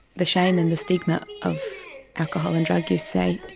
the shame and the stigma of alcohol and drug use, say,